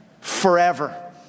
forever